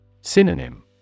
Synonym